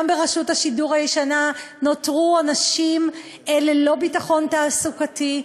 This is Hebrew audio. גם ברשות השידור הישנה נותרו אנשים ללא ביטחון תעסוקתי,